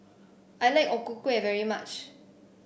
I like O Ku Kueh very much